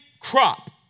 crop